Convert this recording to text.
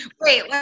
Wait